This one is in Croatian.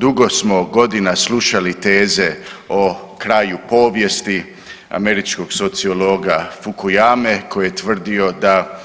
Dugo smo godina slušali teze o kraju povijesti, američkog sociologa Fukuyama koji je tvrdio da